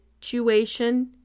situation